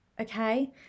okay